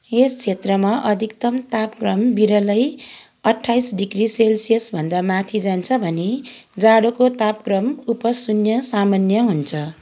यस क्षेत्रमा अधिकतम तापक्रम विरलै अट्ठाइस डिग्री सेल्सियस भन्दा माथि जान्छ भने जाडोको तापक्रम उप शून्य सामान्य हुन्छ